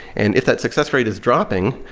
and if that success rate is dropping,